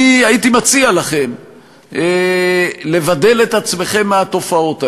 אני הייתי מציע לכם לבדל את עצמכם מהתופעות האלה,